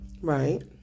Right